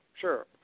sure